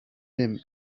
them